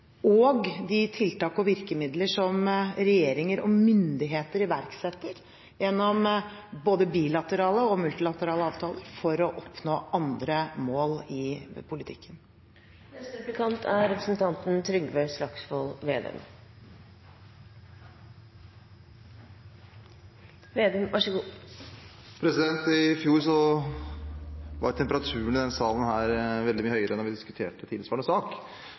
og de tiltak og virkemidler som regjeringer og myndigheter iverksetter gjennom både bilaterale og multilaterale avtaler, for å oppnå andre mål i politikken. I fjor var temperaturen i denne salen veldig mye høyere da vi diskuterte tilsvarende sak, og vi hadde også runder i